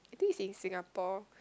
I think he's in Singapore